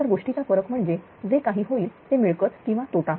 तर गोष्टीचा फरक म्हणजे जे काही होईल ते मिळकत किंवा तोटा